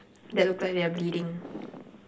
that look like they're bleeding